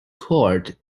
court